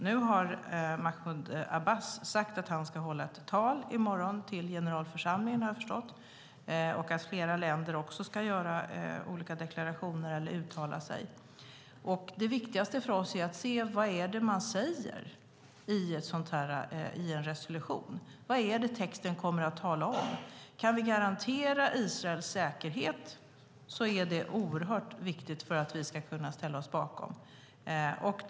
Mahmoud Abbas har sagt att han ska hålla ett tal till generalförsamlingen i morgon, och flera länder ska göra deklarationer eller uttala sig. Det viktigaste för oss är vad som sägs i resolutionen, vad texten kommer att tala om. För att vi ska kunna ställa oss bakom den är det oerhört viktigt att vi kan garantera Israels säkerhet.